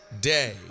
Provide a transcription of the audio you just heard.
day